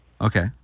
Okay